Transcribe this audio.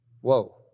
Whoa